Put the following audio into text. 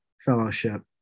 fellowship